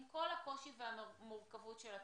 עם כל הקושי והמורכבות של הטיפול.